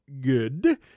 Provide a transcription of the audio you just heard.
good